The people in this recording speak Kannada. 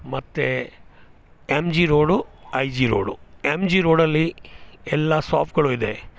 ಮತ್ತು M G road I G road M G ರೋಡಲ್ಲಿ ಎಲ್ಲ ಶಾಪ್ಗಳು ಇದೆ